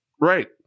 Right